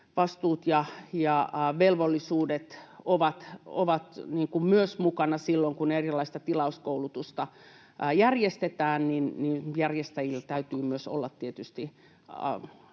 vastuut ja velvollisuudet ovat mukana silloin, kun erilaista tilauskoulutusta järjestetään. Järjestäjillä täytyy myös olla tietysti